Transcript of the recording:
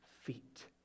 feet